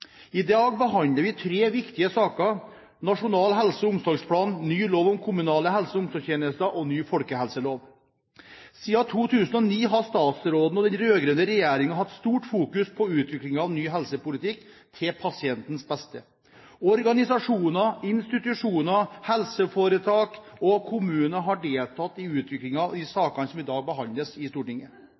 I dag behandler vi tre viktige saker: Nasjonal helse- og omsorgsplan, ny lov om kommunale helse- og omsorgstjenester og ny folkehelselov. Siden 2009 har statsråden og den rød-grønne regjeringen hatt stort fokus på utviklingen av ny helsepolitikk til pasientens beste. Organisasjoner, institusjoner, helseforetak og kommuner har deltatt i utviklingen av de sakene som i dag behandles i Stortinget.